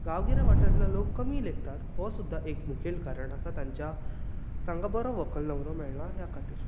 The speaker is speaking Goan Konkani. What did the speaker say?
गांवगिऱ्या वाठारांतलो लोक कमी लेखतात हो सुद्दां एक मुखेल कारण आसा ताच्या तांकां बरो व्हंकल न्हवरो मेळना ह्या खातीर